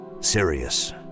Sirius